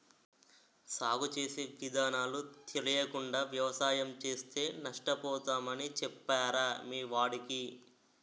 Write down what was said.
సాగు చేసే విధానాలు తెలియకుండా వ్యవసాయం చేస్తే నష్టపోతామని చెప్పరా మీ వాడికి